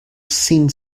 sin